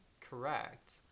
correct